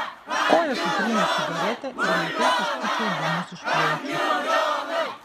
koja sutryniau cigaretę ir lėtai išpūčiau dūmus iš plaučių